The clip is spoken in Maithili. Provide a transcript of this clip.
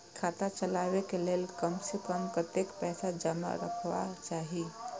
खाता चलावै कै लैल कम से कम कतेक पैसा जमा रखवा चाहि